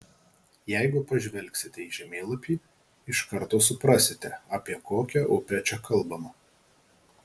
jeigu pažvelgsite į žemėlapį iš karto suprasite apie kokią upę čia kalbama